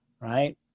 right